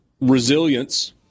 resilience